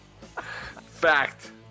fact